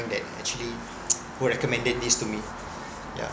that actually go recommended this to me yeah